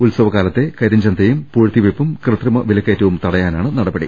ഉത്സവകാലത്തെ കരി ഞ്ചന്തയും പൂഴ്ത്തിവെപ്പും കൃത്രിമ വിലക്കയറ്റവും തടയാ നാണ് നടപടി